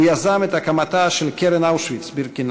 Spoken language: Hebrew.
הוא יזם את הקמתה של קרן אושוויץ-בירקנאו,